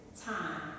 time